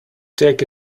take